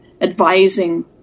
advising